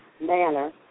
manner